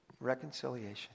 Reconciliation